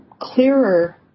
clearer